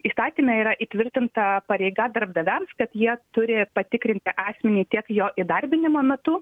įstatyme yra įtvirtinta pareiga darbdaviams kad jie turi patikrinti asmenį tiek jo įdarbinimo metu